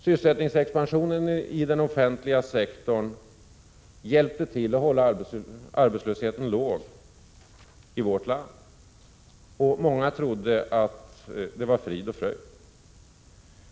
Sysselsättningsexpansionen i den offentliga sektorn hjälpte till att hålla arbetslösheten låg i vårt land. Många trodde att det var frid och fröjd.